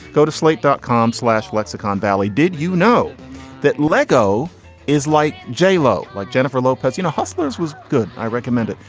go to slate dot com slash lexicon valley did you know that lego is like j lo, like jennifer lopez? you know, hustler's was good. i recommend it.